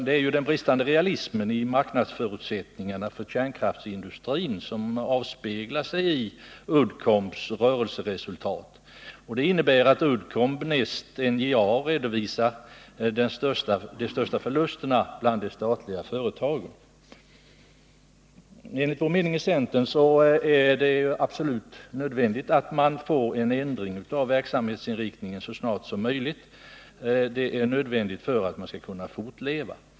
Det är den bristande realismen i marknadsförutsättningarna för kärnkraftsindustrin som avspeglar sig i Uddcombs rörelseresultat, vilka innebär att Uddcomb näst efter NJA redovisat de största förlusterna bland de statliga företagen. Enligt centerns mening är det absolut nödvändigt att verksamhetens inriktning ändras så snart som möjligt. Det är nödvändigt för att företaget skall kunna fortleva.